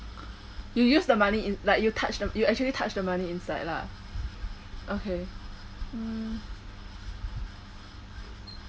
you use the money in like you touch the you actually touch the money inside lah okay mm